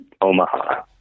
Omaha